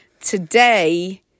Today